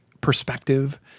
perspective